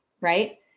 right